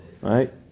right